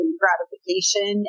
gratification